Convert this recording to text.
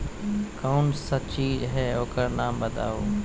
कौन सा चीज है ओकर नाम बताऊ?